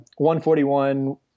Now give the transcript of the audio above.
141